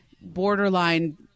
borderline